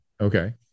Okay